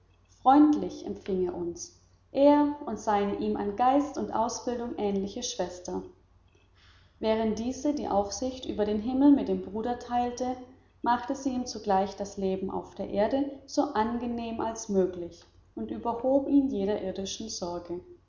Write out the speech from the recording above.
freundlich empfing er uns er und seine ihm an geist und ausbildung ähnliche schwester während diese die aufsicht über den himmel mit dem bruder teilte machte sie ihm zugleich das leben auf der erde so angenehm als möglich und überhob ihn jeder irdischen sorge